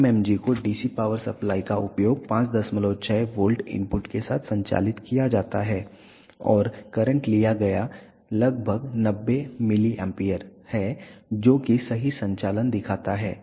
MMG को DC power supply का उपयोग 56 वोल्ट इनपुट के साथ संचालित किया जाता है और करंट लिया गया लगभग 90 mA है जो सही संचालन दिखाता है